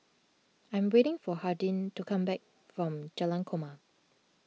I am waiting for Hardin to come back from Jalan Korma